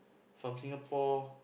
from Singapore